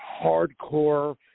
hardcore